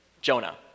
Jonah